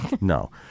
No